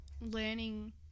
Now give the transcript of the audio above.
learning